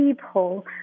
people